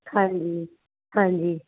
ਹਾਂਜੀ ਹਾਂਜੀ